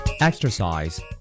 Exercise